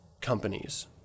companies